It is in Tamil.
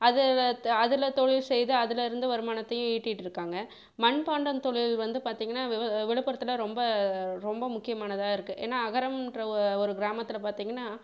அது அதில் தொழில் செய்து அதிலருந்து வருமானத்தையும் ஈட்டிகிட்ருக்காங்க மண்பாண்டம் தொழில் வந்து பார்த்தீங்கன்னா விவ விழுப்புரத்தில் ரொம்ப ரொம்ப முக்கியமானதாகருக்கு ஏன்னால் அகரமென்ற ஒரு கிராமத்தில் பார்த்தீங்கன்னா